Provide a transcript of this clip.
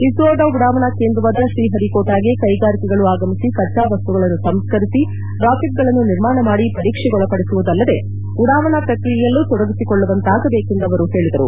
ಇಸೋದ ಉಡಾವಣಾ ಕೇಂದ್ರವಾದ ಶ್ರೀಹರಿ ಕೋಟಾಗೆ ಕೈಗಾರಿಕೆಗಳು ಆಗಮಿಸಿ ಕಚ್ಚಾವಸ್ತುಗಳನ್ನು ಸಂಸ್ಕರಿಸಿ ರಾಕೆಟ್ಗಳನ್ನು ನಿರ್ಮಾಣ ಮಾಡಿ ಪರೀಕ್ಷೆಗೊಳಪಡಿಸುವುದಲ್ಲದೆ ಉಡಾವಣಾ ಪ್ರಕ್ರಿಯೆಯಲ್ಲೂ ತೊಡಗಿಸಿಕೊಳ್ಳು ವಂತಾಗಬೇಕು ಎಂದು ಅವರು ಹೇಳಿದರು